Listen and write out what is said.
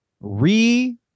re